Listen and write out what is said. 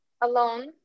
alone